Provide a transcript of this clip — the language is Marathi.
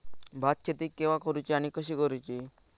भात शेती केवा करूची आणि कशी करुची?